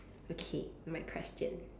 okay my question